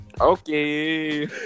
okay